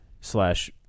slash